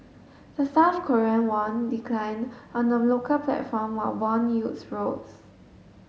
the South Korean won declined on them local platform while bond yields rose